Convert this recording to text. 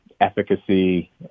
efficacy